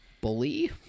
Bully